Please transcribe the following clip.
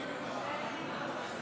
ומורשעים בעבירות